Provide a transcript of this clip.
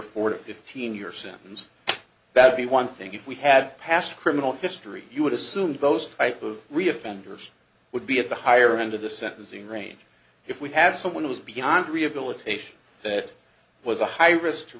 to fifteen year sentence that be one thing if we had past criminal history you would assume those type of re offenders would be at the higher end of the sentencing range if we have someone who was beyond rehabilitation that was a high risk to